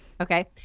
Okay